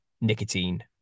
nicotine